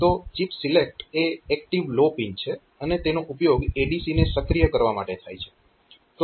તો chip select એ active low pin છે અને તેનો ઉપયોગ ADC ને સક્રિય કરવા માટે થાય છે